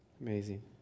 Amazing